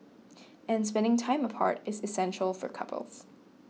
and spending time apart is essential for couples